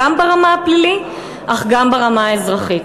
גם ברמה הפלילית אך גם ברמה האזרחית.